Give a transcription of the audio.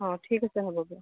অঁ ঠিক আছে হ'ব দিয়ক